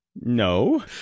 No